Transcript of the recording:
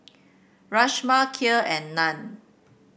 Rajma Kheer and Naan